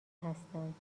هستند